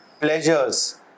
pleasures